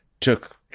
took